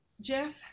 Jeff